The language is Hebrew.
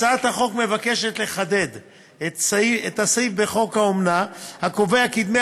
הצעת החוק מבקשת לחדד את הסעיף בחוק האומנה הקובע כי דמי